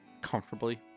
comfortably